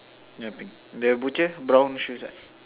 yeah but the butcher brown shoes what